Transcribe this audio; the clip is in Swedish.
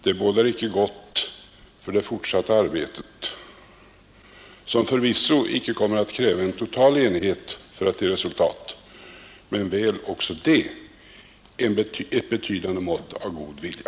Det bådar icke gott för det fortsatta arbetet, som förvisso icke kommer att kräva en total enighet för att ge resultat men väl också det ett betydande mått av god vilja.